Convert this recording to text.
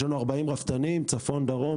יש לנו 40 רפתנים בצפון ובדרום,